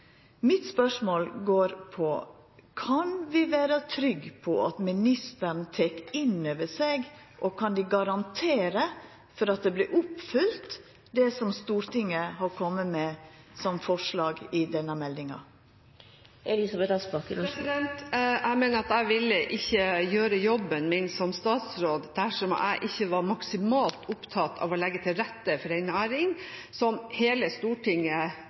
Mitt spørsmål er: Kan vi vera trygge på at ministeren tek det inn over seg, og kan ho garantera for at det som Stortinget har kome med av forslag til denne meldinga, vert følgt opp? Jeg mener at jeg ikke ville gjort jobben min som statsråd dersom jeg ikke var maksimalt opptatt av å legge til rette for en næring som